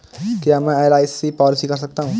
क्या मैं LIC policy कर सकता हूं?